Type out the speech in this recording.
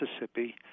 Mississippi